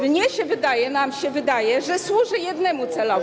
Mnie się wydaje, nam się wydaje, że służy jednemu celowi.